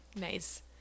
Nice